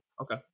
Okay